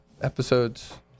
episodes